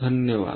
धन्यवाद